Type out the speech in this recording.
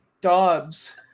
Dobbs